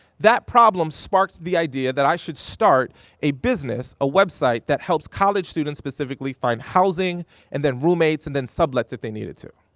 that problem sparked the idea that i should start a business, a website that helps college students specifically find housing and then roommates and then sublets if they needed to.